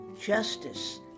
justice